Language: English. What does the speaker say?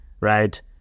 right